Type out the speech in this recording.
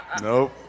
Nope